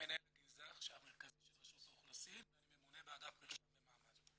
מנהל הגנזך המרכזי של רשות האוכלוסין ואני ממונה באגף מרשם ומעמד.